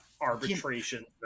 arbitration